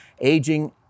aging